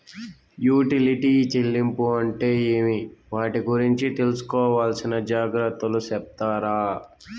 Utility చెల్లింపులు అంటే ఏమి? వాటి గురించి తీసుకోవాల్సిన జాగ్రత్తలు సెప్తారా?